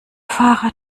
fahrer